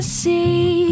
see